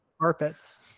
carpets